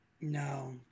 No